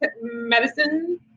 medicine